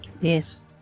Yes